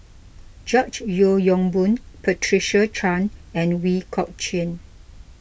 George Yeo Yong Boon Patricia Chan and Ooi Kok Chuen